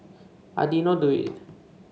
I did not do it